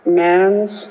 man's